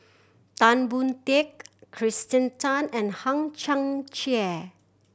Tan Boon Teik Kirsten Tan and Hang Chang Chieh